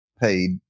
paid